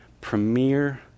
premier